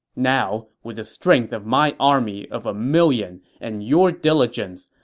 now, with the strength of my army of a million and your diligence,